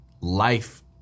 life